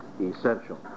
essential